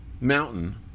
mountain